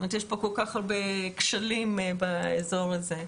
יש כל כך הרבה כשלים באזור הזה.